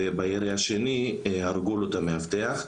ובירי השני הרגו לו את המאבטח.